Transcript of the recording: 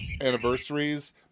anniversaries